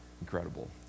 incredible